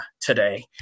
today